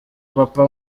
papa